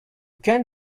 can’t